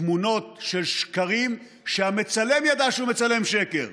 תמונות של שקרים שהמצלם ידע שהוא מצלם שקר,